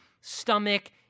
stomach